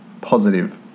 positive